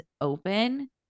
open